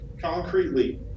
concretely